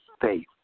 faith